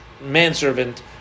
manservant